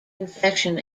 confession